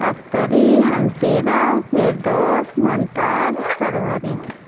Akhtari Hanshida Firdaus Mumtaz Sarwari